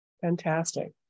Fantastic